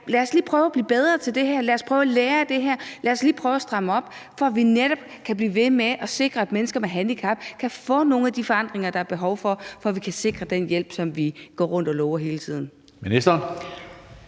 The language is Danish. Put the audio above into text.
Lad os lige prøve at blive bedre til det her. Lad os prøve at lære af det her. Lad os lige prøve at stramme op. Så vi netop kan blive ved med at sikre, at mennesker med handicap kan få nogle af de forandringer, der er behov for, for at vi kan sikre den hjælp, som vi går rundt og lover hele tiden. Kl.